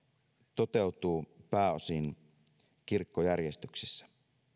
toteutuu pääosin kirkkojärjestyksessä